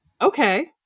Okay